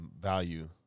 value –